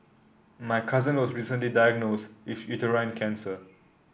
my cousin was recently diagnosed with uterine cancer